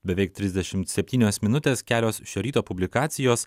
beveik trisdešimt septynios minutės kelios šio ryto publikacijos